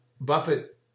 Buffett